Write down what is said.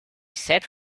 set